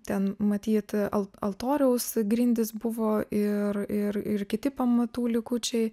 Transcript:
ten matyt al altoriaus grindys buvo ir ir ir kiti pamatų likučiai